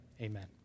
amen